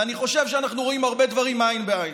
ואני חושב שאנחנו רואים הרבה דברים עין בעין.